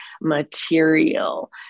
material